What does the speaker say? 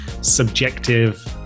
subjective